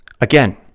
again